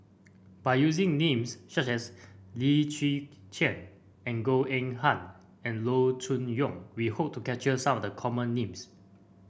by using names such as Lim Chwee Chian and Goh Eng Han and Loo Choon Yong we hope to capture some of the common names